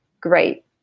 Great